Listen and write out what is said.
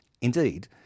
Indeed